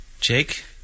Jake